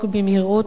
להודות.